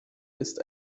ist